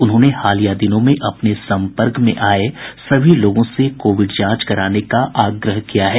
उन्होंने हालिया दिनों में अपने सम्पर्क में आये सभी लोगों से कोविड जांच कराने का आग्रह किया है